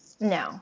No